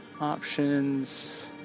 options